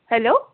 hello